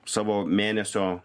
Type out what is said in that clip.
savo mėnesio